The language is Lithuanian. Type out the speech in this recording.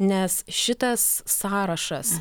nes šitas sąrašas